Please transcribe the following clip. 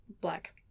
Black